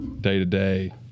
day-to-day